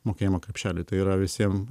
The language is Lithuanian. mokėjimo krepšely tai yra visiem